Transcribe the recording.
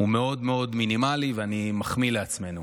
הוא מאוד מאוד מינימלי, ואני מחמיא לעצמנו.